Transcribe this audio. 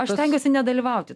aš stengiuosi nedalyvauti